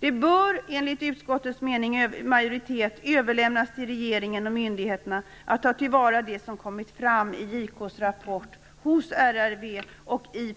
Det bör enligt utskottets majoritet överlämnas till regeringen och myndigheterna att ta till vara det som kommit fram i JK:s rapport, hos RRV och i